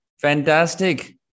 fantastic